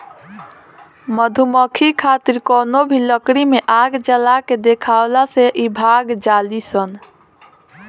मधुमक्खी खातिर कवनो भी लकड़ी में आग जला के देखावला से इ भाग जालीसन